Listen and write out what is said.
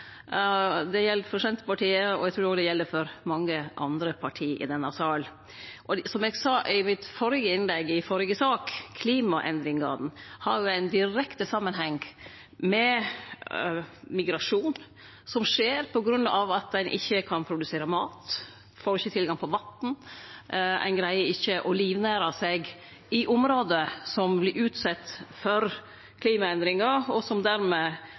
Det gjeld for Senterpartiet, og eg trur òg det gjeld for mange andre parti i denne sal. Som eg sa i innlegget mitt i førre sak: Klimaendringane har ein direkte samanheng med migrasjon, som skjer på grunn av at ein ikkje kan produsere mat, ein får ikkje tilgang på vatn, ein greier ikkje å livnære seg i område som vert utsette for klimaendringar, og